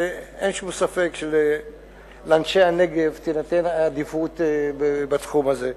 אין שום ספק שלאנשי הנגב תינתן עדיפות בתחום הזה.